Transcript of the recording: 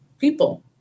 people